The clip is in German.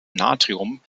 natrium